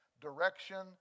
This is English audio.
Direction